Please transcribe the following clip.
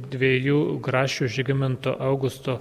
dviejų grašių žygimanto augusto